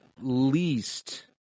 least